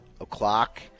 o'clock